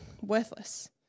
worthless